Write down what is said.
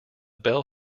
bell